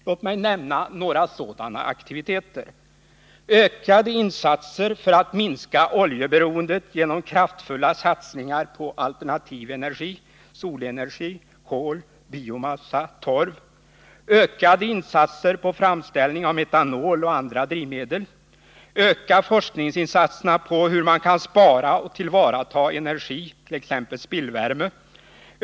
Låt mig nämna några sådana aktiviteter: Ökade insatser för att minska oljeberoendet genom kraftfulla satsningar på alternativ energi såsom solenergi, kol, biomassa och torv. Ökade forskningsinsatser på hur man kan spara och tillvarata energi, t.ex. spillvärme.